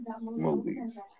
movies